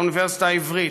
האוניברסיטה העברית,